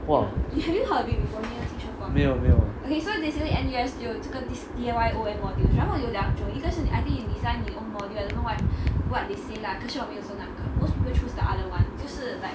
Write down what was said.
!wah! 没有没有